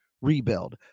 rebuild